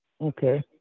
okay